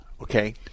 Okay